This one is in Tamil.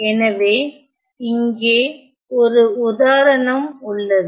எனவே இங்கே ஒரு உதாரணம் உள்ளது